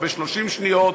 או ב-30 שניות,